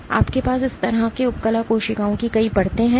तो आपके पास इस तरह के उपकला कोशिकाओं की कई परतें हैं